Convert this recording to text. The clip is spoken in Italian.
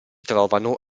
trovano